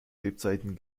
lebzeiten